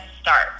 start